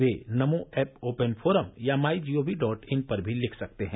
वे NaMo app open forum या my G O V dot in पर भी लिख सकते हैं